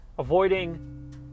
avoiding